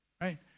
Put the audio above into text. right